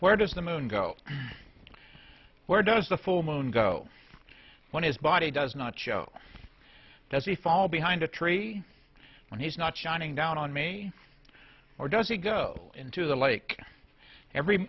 where does the moon go where does the full moon go when his body does not show does he fall behind a tree when he's not shining down on me or does he go into the lake every